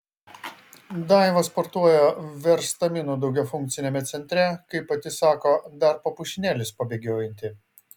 daiva sportuoja verstaminų daugiafunkciame centre kaip pati sako dar po pušynėlius pabėgiojanti